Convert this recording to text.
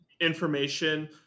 information